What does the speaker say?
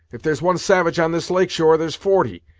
if there's one savage on this lake shore, there's forty,